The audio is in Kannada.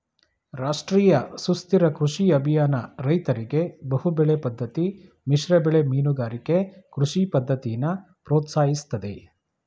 ರಾಷ್ಟ್ರೀಯ ಸುಸ್ಥಿರ ಕೃಷಿ ಅಭಿಯಾನ ರೈತರಿಗೆ ಬಹುಬೆಳೆ ಪದ್ದತಿ ಮಿಶ್ರಬೆಳೆ ಮೀನುಗಾರಿಕೆ ಕೃಷಿ ಪದ್ದತಿನ ಪ್ರೋತ್ಸಾಹಿಸ್ತದೆ